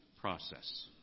process